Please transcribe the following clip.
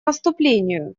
наступлению